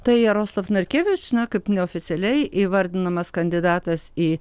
tai jaroslav narkevič na kaip neoficialiai įvardinamas kandidatas į